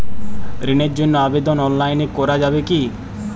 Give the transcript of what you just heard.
ঋণের জন্য আবেদন অনলাইনে করা যাবে কি?